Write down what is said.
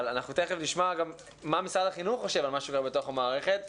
אבל אנחנו תיכף נשמע גם מה משרד החינוך חושב על מה שקורה בתוך המערכת.